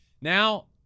Now